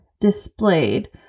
displayed